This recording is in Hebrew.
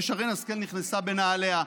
ששרן השכל נכנסה בנעליה.